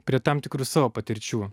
prie tam tikrų savo patirčių